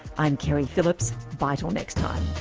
i'm keri phillips. bye till next time